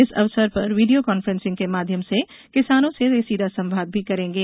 इस अवसर पर वे वीडियो कॉन्फ्रेंसिंग के माध्यम से किसानों से सीधे संवाद भी करेंगे